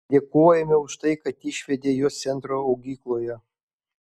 dėkojame už tai kad išvedė juos centro augykloje